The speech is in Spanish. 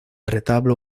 retablo